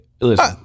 Listen